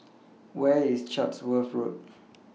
Where IS Chatsworth Road